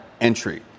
entry